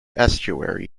estuary